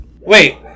Wait